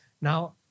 Now